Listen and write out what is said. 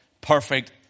perfect